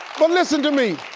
but listen to me,